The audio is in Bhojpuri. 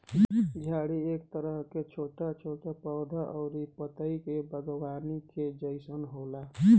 झाड़ी एक तरह के छोट छोट पौधा अउरी पतई के बागवानी के जइसन होला